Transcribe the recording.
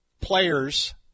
players